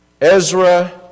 Ezra